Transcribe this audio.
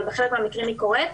אבל בחלק מהקרים היא קורית,